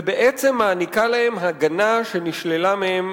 ובעצם מעניקה להן הגנה שנשללה מהן